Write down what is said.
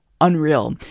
Unreal